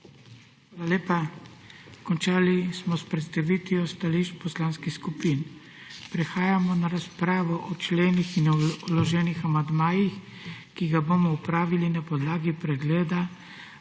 Hvala lepa. Končali smo s predstavitvijo stališč poslanskih skupin. Prehajamo na razpravo o členih in o vloženih amandmajih, ki jo bomo opravili na podlagi pregleda